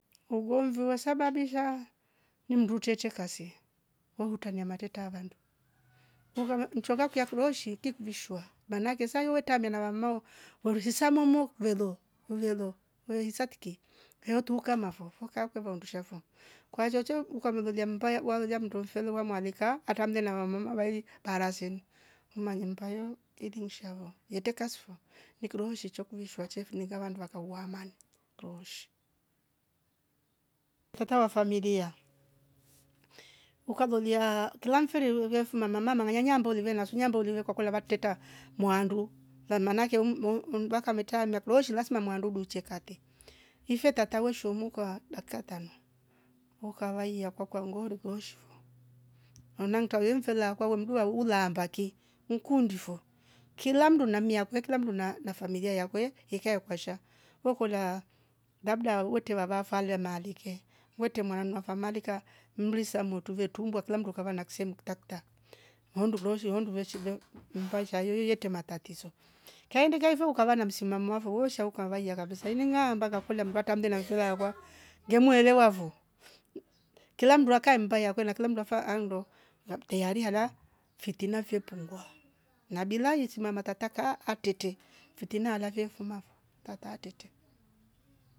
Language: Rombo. Ugomfi we sababisha ni mtru etreete kasi we hutrania matreta a vandu. ncho ngakuiya klooshi ti kvishwa sa yo watraamia na vamama oh veisa momu oh klevo velo ve isa tiki ve tuukama foo fo kaa kweeva undusha fo, kwa choocho ukamelolya mmba wa lolya mndu mfele wa mwalika atramle na vamama waili baraseni mmanye mmba yo ilinsha fo yetre kasi fo ni klooshi cho che kivishwa chee kuniinga vandu vakauwaama klooshi. Tata wa familia ukalolya kilya mfiri mama fe amng'anya aamba ulive na su aamba ulive ukakolya va treta mwaandu manaake vakametraamia klooshi lasma mwaandu uduchie kati, ifee tata weshu umuka dakika tanu ukavaiya kwakwa ngoori klooshi fo maana ntave mfele akwa we mdua uleaamba ki? Nkundi fo kila mmndu na mmi akwe kila mmndu na familia akwe ikae kwasha we kolyaa labda wetre vava afo ale maalike, wetre mwananu afo ame alika mri samitru we trumbua kilamnndu akava na kseemu kita kita hoo ndu klooshi (voices) mmba sha yoyoo yetre matratiso kaindika ife ukava na msimamo afo we sha ukavaiya (voices) iningakolya utramle na mfele akwa nge muelewa fo kila mndu akae na mmba yakwe na kila mndu af- anndo teyari alya fitina fye pungua (voices) bila iitima ma tata kaa aktretie fitina alya fye fuma fo tata atreta.